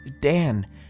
Dan